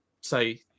say